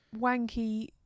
wanky